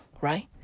right